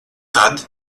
tad